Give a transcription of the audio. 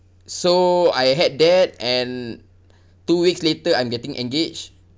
so I had that and two weeks later I'm getting engaged